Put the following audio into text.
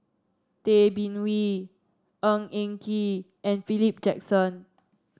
Tay Bin Wee Ng Eng Kee and Philip Jackson